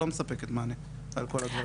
לא מספקת מענה על כל הדברים.